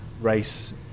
race